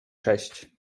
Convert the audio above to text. cześć